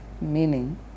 meaning